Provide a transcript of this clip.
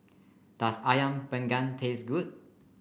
does ayam panggang taste good